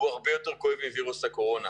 הוא הרבה יותר כואב מווירוס הקורונה.